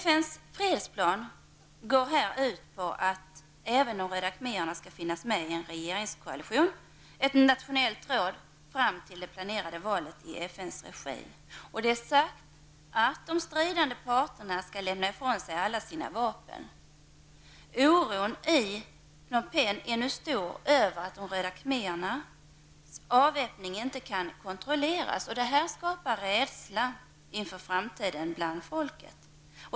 FNs fredsplan går ut på att även de röda khmererna skall finnas med i en regeringskoalition, ett nationellt råd, fram till det planerade valet i FNs regi. Det är sagt att de stridande parterna skall lämna ifrån sig alla sina vapen. Oron i Phnom-penh är nu stor över att de röda khmerernas avväpning inte kan kontrolleras. Detta skapar rädsla inför framtiden bland folket.